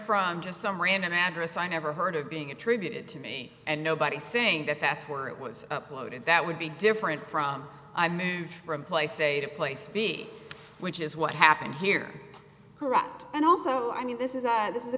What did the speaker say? from just some random address i never heard of being attributed to me and nobody saying that that's where it was uploaded that would be different from i moved from place a to place b which is what happened here herat and also i mean this is that this is